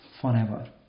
forever